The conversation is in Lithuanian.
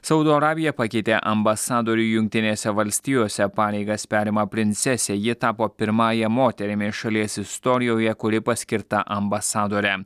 saudo arabija pakeitė ambasadorių jungtinėse valstijose pareigas perima princesė ji tapo pirmąja moterimi šalies istorijoje kuri paskirta ambasadore